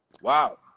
wow